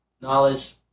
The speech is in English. knowledge